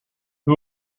who